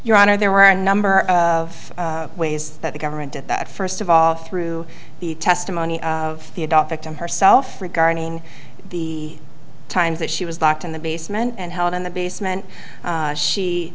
your honor there were a number of ways that the government did that first of all through the testimony of the adopted him herself regarding the time that she was locked in the basement and held in the basement she s